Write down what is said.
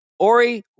Ori